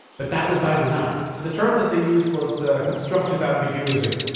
but that was by design the term that they used was constructive ambiguity.